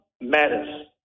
matters